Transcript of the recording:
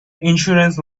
insurance